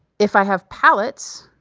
if i have palettes,